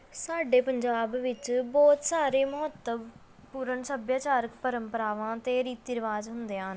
ਸਾਡੇ ਪੰਜਾਬ ਵਿੱਚ ਬਹੁਤ ਸਾਰੇ ਮਹੱਤਵਪੂਰਨ ਸੱਭਿਆਚਾਰਕ ਪ੍ਰੰਪਰਾਵਾਂ 'ਤੇ ਰੀਤੀ ਰਿਵਾਜ ਹੁੰਦੇ ਹਨ